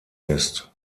ist